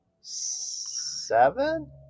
seven